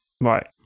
right